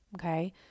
Okay